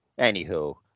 anywho